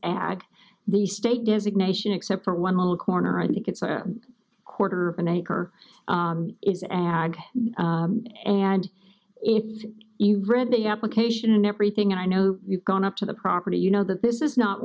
ag the state gives ignatius except for one little corner i think it's a quarter of an acre is an ag and if you read the application and everything i know you've gone up to the property you know that this is not